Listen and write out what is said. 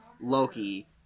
Loki